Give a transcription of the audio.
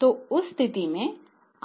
तो उस स्थिति में